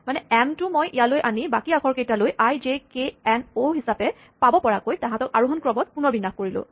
মানে এম টো মই ইয়ালৈ আনি বাকী আখৰকেইটা লৈ I J K N O হিচাপে পাব পৰাকৈ তাহাঁতক আৰোহন ক্ৰমত পুণৰ বিন্যাস কৰিলোঁ